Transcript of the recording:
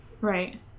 Right